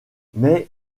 mais